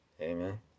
amen